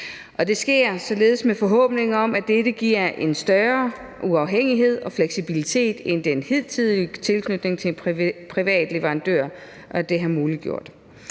det sker således med forhåbning om, at dette giver en større uafhængighed og fleksibilitet end den hidtidige tilknytning til privat leverandør har muliggjort.